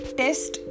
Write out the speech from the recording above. test